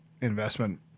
investment